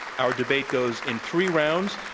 our debate goes in three rounds.